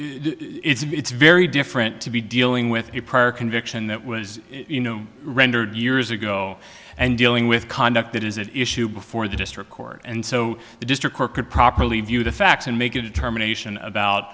it's very different to be dealing with the prior conviction that was you know rendered years ago and dealing with conduct that is an issue before the district court and so the district court could properly view the facts and make a determination about